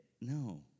No